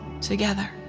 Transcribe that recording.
together